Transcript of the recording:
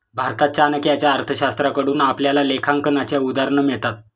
भारतात चाणक्याच्या अर्थशास्त्राकडून आपल्याला लेखांकनाची उदाहरणं मिळतात